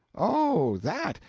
oh, that?